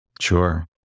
Sure